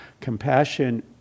Compassion